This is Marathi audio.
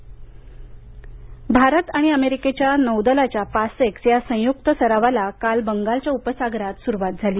भारत भारत अमेरिकेच्या नौदलाच्या पासेक्स या संयुक्त सरावाला काल बंगालच्या उपसागरात सुरुवात झाली